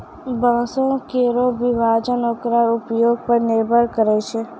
बांसों केरो विभाजन ओकरो उपयोग पर निर्भर करै छै